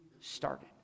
started